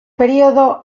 periodo